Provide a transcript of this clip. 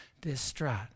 distraught